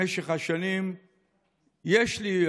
במשך השנים יש לי,